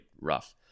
rough